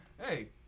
Hey